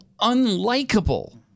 unlikable